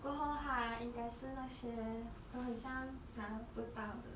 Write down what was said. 过后她应该是那些都很像拿不到的